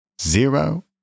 Zero